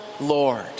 Lord